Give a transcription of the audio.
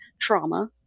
trauma